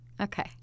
Okay